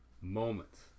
moments